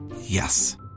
Yes